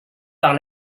par